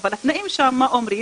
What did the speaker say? אבל התנאים שם מה אומרים?